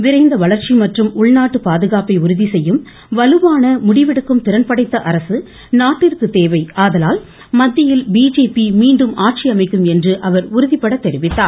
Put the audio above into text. விரைந்த வளர்ச்சி மற்றும் உள்நாட்டு பாதுகாப்பை உறுதிசெய்யும் வலுவான முடிவெடுக்கும் திறன் படைத்த அரசு நாட்டிற்கு தேவை ஆதலால் மத்தியில் பிஜேபி மீண்டும் ஆட்சி அமைக்கும் என்று அவர் உறுதிபட தெரிவித்தார்